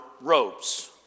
robes